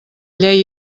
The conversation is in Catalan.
llei